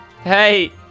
Hey